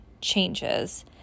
changes